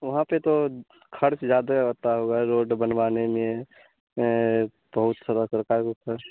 वहाँ पर तो खर्च ज़्यादा आता होगा रोड बनवाने में बहुत सारा सरकार को खर्च